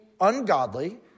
ungodly